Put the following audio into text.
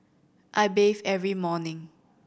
I bathe every morning